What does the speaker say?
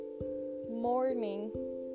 Morning